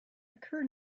occur